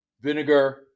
vinegar